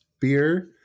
beer